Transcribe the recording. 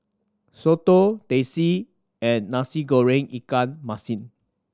soto Teh C and Nasi Goreng ikan masin